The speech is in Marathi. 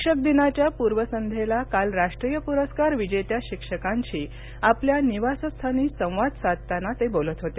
शिक्षक दिनाच्या पूर्वसंध्येला काल राष्ट्रीय पुरस्कार विजेत्या शिक्षकांशी आपल्या निवासस्थानी संवाद साधताना ते बोलत होते